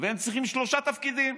והם צריכים שלושה תפקידים.